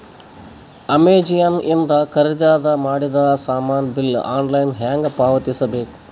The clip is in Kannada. ಅಮೆಝಾನ ಇಂದ ಖರೀದಿದ ಮಾಡಿದ ಸಾಮಾನ ಬಿಲ್ ಆನ್ಲೈನ್ ಹೆಂಗ್ ಪಾವತಿಸ ಬೇಕು?